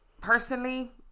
personally